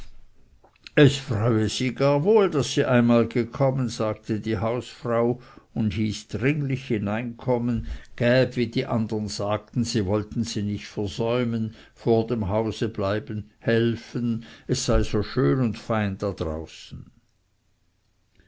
es freue sie gar wohl daß sie einmal gekommen sagte die hausfrau und hieß dringlich hineinkommen gäb wie die andern sagten sie wollten sie nicht versäumen vor dem hause bleiben helfen es sei so schön und frein da außen